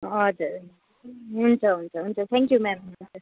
हजुर हुन्छ हुन्छ हुन्छ थ्याङ्क यू म्याम